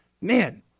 man